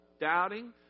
doubting